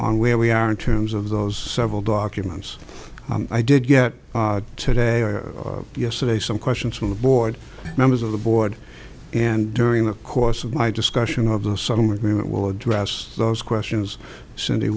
on where we are in terms of those several documents i did get today or yesterday some questions from the board members of the board and during the course of my discussion of the southern agreement will address those questions cindy